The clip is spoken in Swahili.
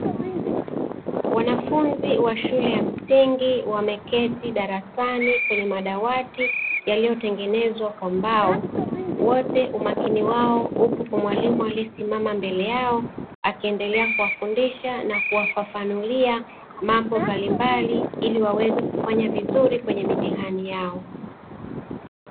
Wanafunzi wa shule ya msingi wameketi darasani kwenye madawati yaliyotengenezwa kwa mbao, wote umakini wao upo kwa mwalimu aliyesimama mbele yao akiendelea kuwafundisha na kuwafafanulia mambo mbalimbali ili waweze kufanya vizuri kwenye mitihani yao.